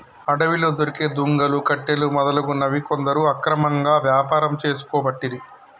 అడవిలా దొరికే దుంగలు, కట్టెలు మొదలగునవి కొందరు అక్రమంగా వ్యాపారం చేసుకోబట్టిరి